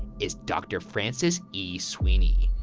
is dr francis e sweeney.